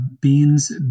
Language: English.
beans